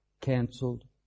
canceled